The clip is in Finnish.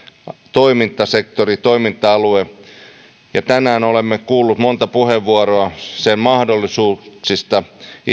toimintasektori toiminta alue ja tänään olemme kuulleet monta puheenvuoroa sen mahdollisuuksista